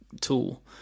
tool